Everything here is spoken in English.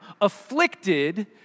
afflicted